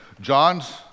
John's